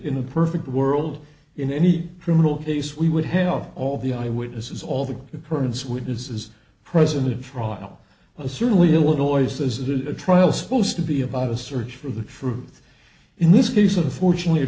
in a perfect world in any criminal case we would have all the eyewitnesses all the occurrence witnesses present the trial well certainly illinois as it is a trial supposed to be about a search for the truth in this case unfortunately a